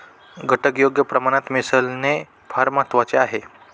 घटक योग्य प्रमाणात मिसळणे फार महत्वाचे आहे